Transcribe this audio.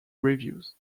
reviews